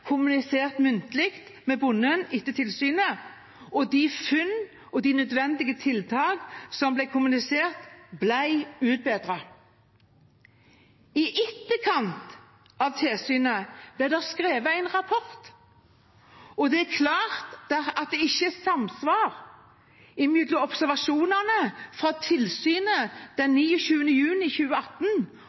kommunisert muntlig med bonden etter tilsynet, og de funnene og de nødvendige tiltakene som da ble kommunisert, ble fulgt opp. I etterkant av tilsynet ble det skrevet en rapport, og det er klart at det ikke er samsvar mellom observasjonene fra tilsynet den 29. juni 2018